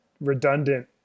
redundant